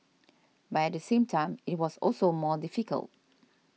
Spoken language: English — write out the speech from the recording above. but at the same time it was also more difficult